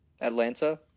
Atlanta